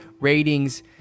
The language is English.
ratings